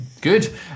Good